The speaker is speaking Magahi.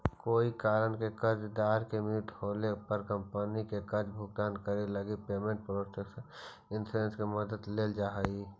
कोई कारण से कर्जदार के मृत्यु होला पर कंपनी के कर्ज भुगतान करे लगी पेमेंट प्रोटक्शन इंश्योरेंस के मदद लेल जा हइ